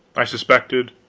i suspected.